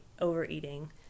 overeating